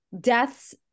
Deaths